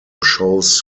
shows